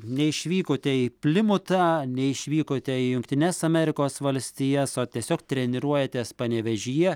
neišvykote į plimutą neišvykote į jungtines amerikos valstijas o tiesiog treniruojatės panevėžyje